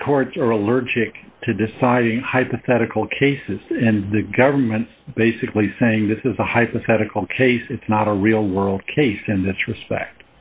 three courts are allergic to deciding hypothetical cases and the government basically saying this is a hypothetical case it's not a real world case in this respect